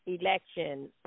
election